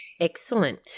Excellent